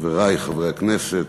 חברי חברי הכנסת,